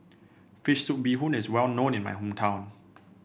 fish soup Bee Hoon is well known in my hometown